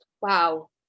Wow